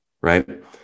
Right